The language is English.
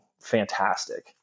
fantastic